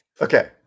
Okay